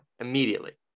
immediately